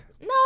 No